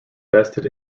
vested